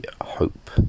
hope